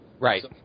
Right